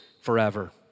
forever